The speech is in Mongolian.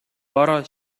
бороо